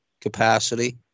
capacity